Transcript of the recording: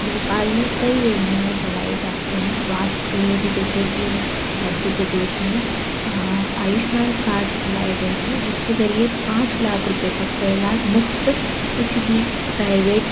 भोपाल में कई योजनाऍं चलाई जाती हैं स्वास्थ्य के लिए भी जैसे कि मध्य प्रदेश में आयुष्मान कार्ड चलाए गए थे जिसके ज़रिए पाँच लाख रुपये तक का इलाज मुफ़्त किसी भी प्राइवेट